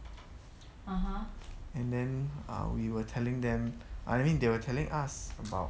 and then we were telling them I mean they were telling us about